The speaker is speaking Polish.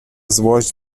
złość